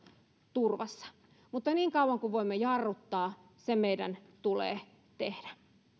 turvassa mutta niin kauan kuin voimme jarruttaa se meidän tulee tehdä